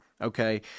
Okay